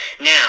Now